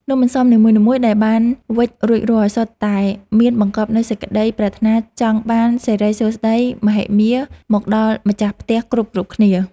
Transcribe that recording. នំអន្សមនីមួយៗដែលបានវេចរួចរាល់សុទ្ធតែមានបង្កប់នូវសេចក្ដីប្រាថ្នាចង់បានសិរីសួស្ដីមហិមាមកដល់ម្ចាស់ផ្ទះគ្រប់ៗគ្នា។